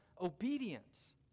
obedience